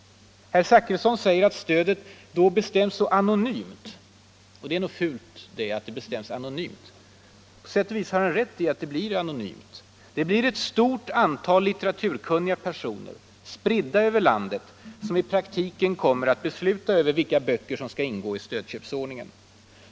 Herr Zachrisson säger att stödet då bestäms så ”anonymt” vilket tydligen skulle vara något fult. Det är på sätt och vis riktigt att denna ordning kommer att präglas av en anonymitet. Det blir ett stort antal litteraturkunniga personer, spridda över landet, som i praktiken kommer att besluta över vilka böcker som skall ingå i stödköpsordningen.